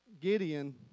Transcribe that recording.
Gideon